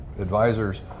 advisors